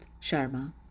Sharma